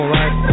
right